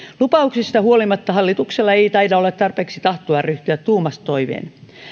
lupauksista huolimatta hallituksella ei taida olla tarpeeksi tahtoa ryhtyä tuumasta toimeen